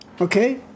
Okay